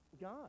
God